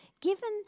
given